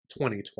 2020